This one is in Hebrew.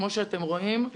כמו שאתם רואים,